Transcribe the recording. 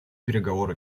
переговоры